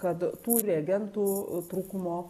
kad tų reagentų trūkumo